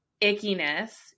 ickiness